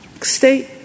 State